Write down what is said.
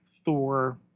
Thor